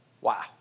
Wow